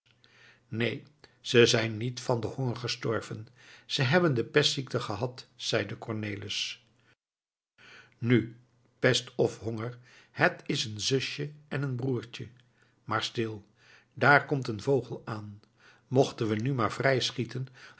neen ze zijn niet van den honger gestorven ze hebben de pestziekte gehad zeide cornelis nu pest of honger het is een zusje en een broertje maar stil daar komt een vogel aan mochten we nu maar vrij schieten